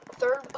third